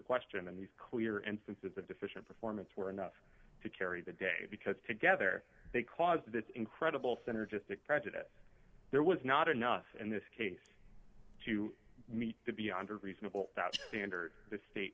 question and these clear instances of official performance were enough to carry the day because together they caused this incredible synergistic prejudice there was not enough in this case to meet the beyond a reasonable doubt standard the state